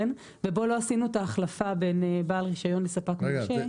עשינו את ההחלפה בין "בעל רישיון" ל"ספק מורשה".